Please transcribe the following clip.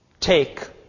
Take